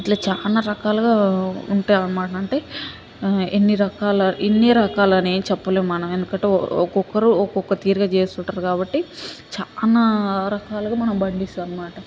ఇట్లా చాలా రకాలుగా ఉంటాయి అనమాట అంటే ఎన్ని రకాలు ఇన్ని రకాలు అని ఏం చెప్పలేం మనం ఎందుకంటే ఒకొక్కరు ఒకొక్క తీరుగా చేస్తుంటారు కాబట్టి చాలా రకాలుగా మనం పండిస్తాం అనమాట